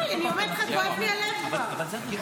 חברה שלי --- כואב לי הלב כבר.